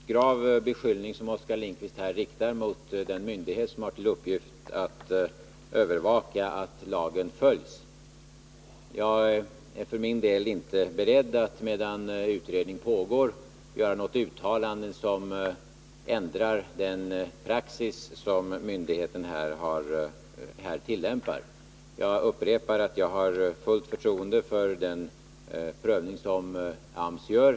Herr talman! Det är en mycket grov beskyllning som Oskar Lindkvist riktar mot den myndighet som har till uppgift att övervaka att lagen följs. Jag är för min del inte beredd att medan utredning pågår göra något uttalande som ändrar den praxis som myndigheten tillämpar i detta avseende. Jag upprepar att jag har fullt förtroende för den prövning som AMS gör.